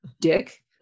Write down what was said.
Dick